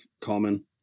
common